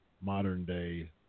modern-day